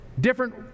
Different